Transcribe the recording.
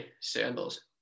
Sandals